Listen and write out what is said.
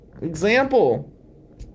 Example